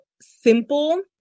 simple